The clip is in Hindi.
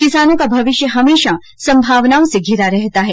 किसानों का भविष्य हमेशा संभावनाओं से घिरा रहता है